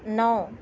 نو